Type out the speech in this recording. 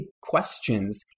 questions